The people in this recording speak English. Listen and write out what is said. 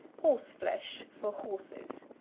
horseflesh for horses.